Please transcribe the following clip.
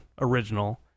original